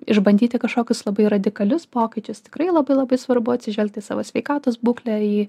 išbandyti kažkokius labai radikalius pokyčius tikrai labai labai svarbu atsižvelgti į savo sveikatos būklę į